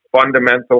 fundamental